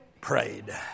prayed